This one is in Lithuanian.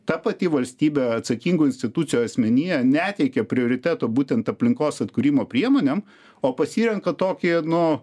ta pati valstybė atsakingų institucijų asmenyje neteikia prioriteto būtent aplinkos atkūrimo priemonėm o pasirenka tokį nu